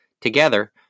Together